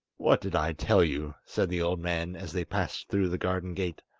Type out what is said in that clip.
what did i tell you said the old man, as they passed through the garden gate.